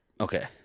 okay